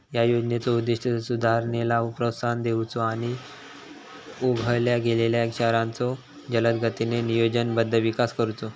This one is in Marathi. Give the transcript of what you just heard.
या योजनेचो उद्दिष्ट सुधारणेला प्रोत्साहन देऊचो आणि ओळखल्या गेलेल्यो शहरांचो जलदगतीने नियोजनबद्ध विकास करुचो